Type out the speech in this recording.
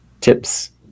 tips